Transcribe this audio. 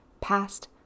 past